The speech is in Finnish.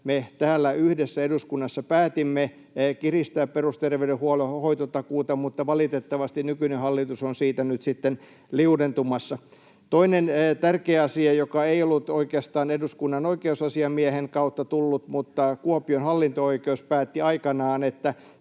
me täällä yhdessä eduskunnassa päätimme kiristää perusterveydenhuollon hoitotakuuta, mutta valitettavasti nykyinen hallitus on siitä nyt sitten liudentumassa. Toinen tärkeä asia, joka ei ollut oikeastaan eduskunnan oikeusasiamiehen kautta tullut, mutta josta Kuopion hallinto-oikeus päätti aikanaan: